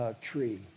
Tree